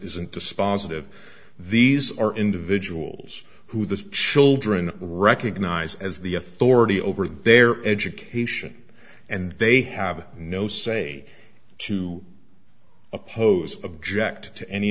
isn't dispositive these are individuals who the children recognize as the authority over their education and they have no say to oppose object to any